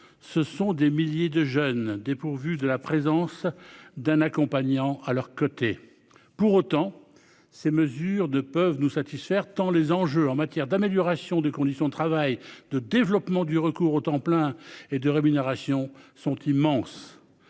Ce sont des milliers de jeunes dépourvus de la présence d'un accompagnant à leurs côtés. Pour autant, ces mesures de peuvent nous satisfaire tant les enjeux en matière d'amélioration des conditions de travail de développement du recours au temps plein et de rémunération sont immenses.